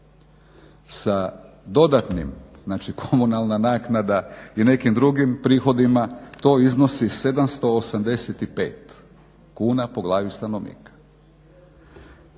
Sa dodatnim, znači komunalna naknada i nekim drugim prihodima to iznosi 785 kuna po glavi stanovnika.